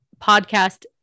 podcast